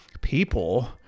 people